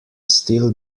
still